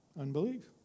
Unbelief